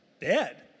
dead